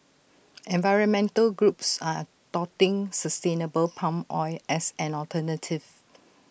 environmental groups are touting sustainable palm oil as an alternative